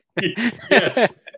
Yes